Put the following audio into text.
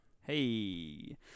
Hey